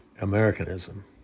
Americanism